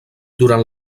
durant